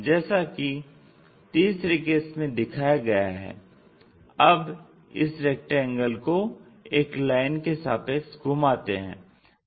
जैसा कि तीसरे केस में दिखाया गया है अब इस रेक्टेंगल को एक लाइन के सापेक्ष घुमाते हैं